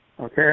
Okay